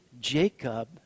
Jacob